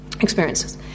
experiences